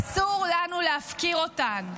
אסור לנו להפקיר אותן.